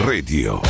Radio